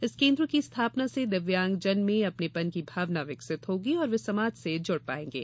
इस केन्द्र की स्थापना से दिव्यांग जन में अपनेपन की भावना विकसित होगी और वे समाज से जुड़ पाएंगे